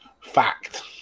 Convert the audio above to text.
fact